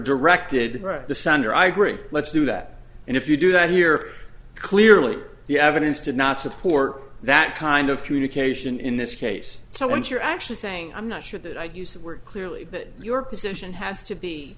agree let's do that and if you do that here clearly the evidence did not support that kind of communication in this case so what you're actually saying i'm not sure that i'd use that word clearly but your position has to be